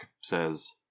says